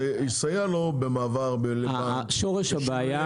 זה יסייע לו במעבר לבנק, בשינוי העמלות.